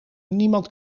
niemand